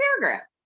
paragraph